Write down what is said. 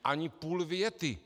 Ani půl věty.